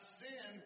sin